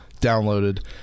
downloaded